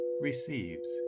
receives